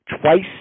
Twice